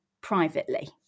privately